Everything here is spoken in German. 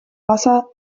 wasser